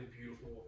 beautiful